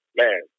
man